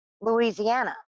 Louisiana